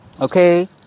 Okay